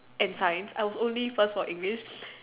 and science I was only first for English